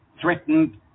threatened